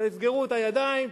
תסגרו את הידיים,